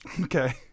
Okay